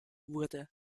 wurde